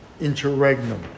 interregnum